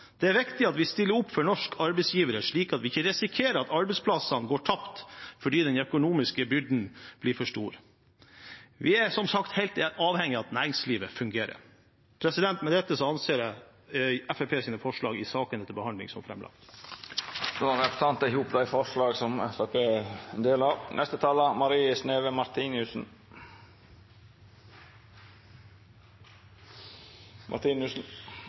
Det er viktig at vi stiller opp for norske arbeidsgivere, slik at vi ikke risikerer at arbeidsplassene går tapt fordi den økonomiske byrden blir for stor. Vi er som sagt helt avhengig av at næringslivet fungerer. Med dette anser jeg Fremskrittspartiets forslag i sak nr. 4 som framlagt. Då har representanten Dagfinn Henrik Olsen teke opp det forslaget han viste til. Da